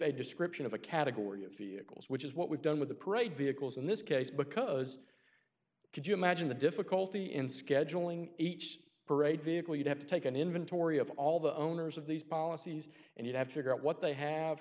a description of a category of vehicles which is what we've done with the parade vehicles in this case because could you imagine the difficulty in scheduling each parade vehicle you have to take an inventory of all the owners of these policies and you have to figure out what they have